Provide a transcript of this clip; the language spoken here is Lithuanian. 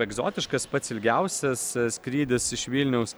egzotiškas pats ilgiausias skrydis iš vilniaus